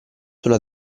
sulla